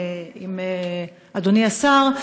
עם אדוני השר,